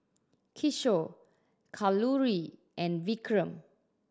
Kishore Kalluri and Vikram